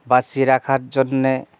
বাঁচিয়ে রাখার জন্যে